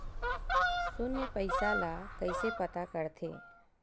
शून्य पईसा ला कइसे पता करथे?